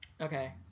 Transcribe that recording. Okay